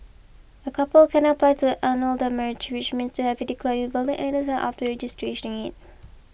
a couple can apply to annul their marriage which means to have it declared invalid any time after registering it